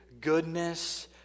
goodness